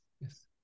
yes